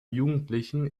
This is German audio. jugendlichen